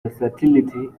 versatility